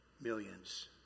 millions